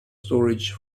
storage